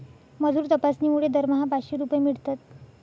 मजूर तपासणीमुळे दरमहा पाचशे रुपये मिळतात